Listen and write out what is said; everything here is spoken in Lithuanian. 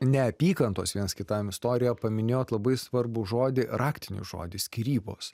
neapykantos vienas kitam istoriją paminėjot labai svarbų žodį raktinį žodį skyrybos